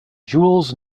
jewels